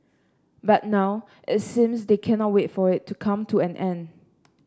but now it seems they cannot wait for it to come to an end